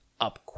up